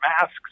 masks